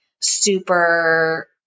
super